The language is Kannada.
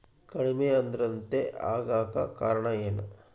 ಕಡಿಮೆ ಆಂದ್ರತೆ ಆಗಕ ಕಾರಣ ಏನು?